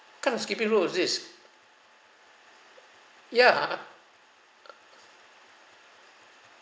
what kind of skipping rope is this ya uh